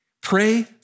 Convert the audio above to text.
Pray